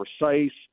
precise